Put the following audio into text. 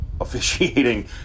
officiating